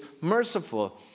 merciful